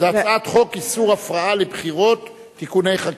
זו הצעת חוק איסור הפרעה לבחירות (תיקוני חקיקה).